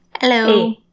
Hello